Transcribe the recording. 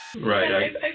Right